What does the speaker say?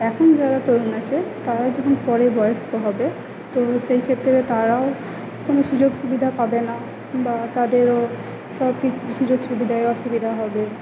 এখন যারা তরুণ আছে তারাও যদি পড়ে বয়স্ক হবে তো সেইক্ষেত্রে তারাও কোন সুযোগ সুবিধা পাবে না বা তাদেরও সবকিছু সুযোগ সুবিধায় অসুবিধা হবে